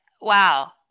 Wow